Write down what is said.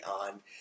on